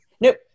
nope